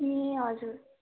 ए हजुर